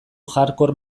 hardcore